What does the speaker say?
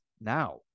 now